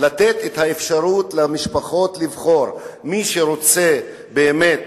לתת את האפשרות למשפחות לבחור: מי שרוצה באמת